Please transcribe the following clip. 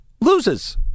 loses